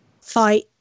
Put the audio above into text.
fight